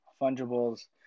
Fungible's